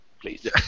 please